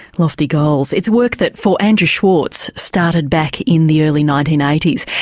lofty goals. it's work that for andrew schwartz started back in the early nineteen eighty s.